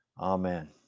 amen